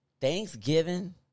Thanksgiving